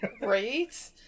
Right